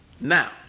Now